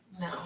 no